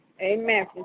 Amen